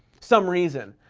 some reason.